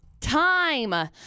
time